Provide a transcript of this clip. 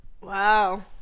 wow